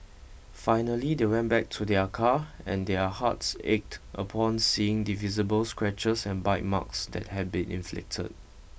finally they went back to their car and their hearts ached upon seeing the visible scratches and bite marks that had been inflicted